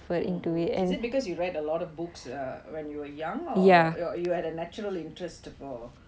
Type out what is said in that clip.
is it because you read a lot of books or when you were young or you had a natural interest for